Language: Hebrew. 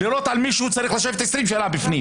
לירות על מישהו צריך לשבת 20 שנה בפנים.